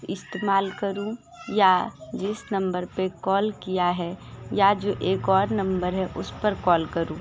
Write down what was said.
इस्तेमाल करूँ या जिस नम्बर पे कॉल किया है या जो एक और नम्बर है उस पर कॉल करूँ